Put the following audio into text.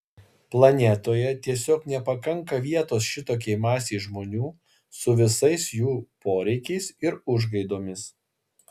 planetoje tiesiog nepakanka vietos šitokiai masei žmonių su visais jų poreikiais ir užgaidomis